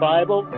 Bible